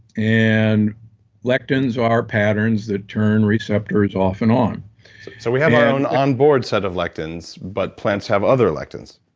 and lectins are patterns that turn receptors off and on so we have our own onboard set of lectins, but plants have other lectins?